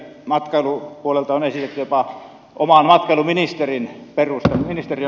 matkailupuolelta on esitetty jopa oman matkailuministeriön perustamista